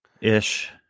ish